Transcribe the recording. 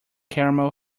caramel